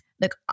look